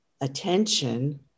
attention